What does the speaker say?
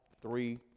three